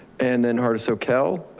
and then heart of soquel,